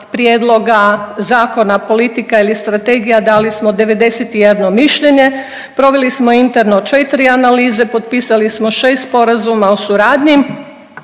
prijedloga zakona politika ili strategija, dali smo 91 mišljenje, proveli smo interno 4 analize, potpisali smo 6 sporazuma o suradnji